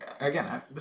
again